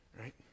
right